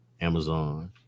Amazon